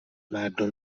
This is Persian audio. مردم